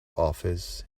office